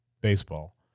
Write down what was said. baseball